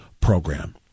program